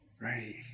right